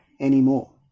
anymore